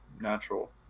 natural